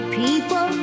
people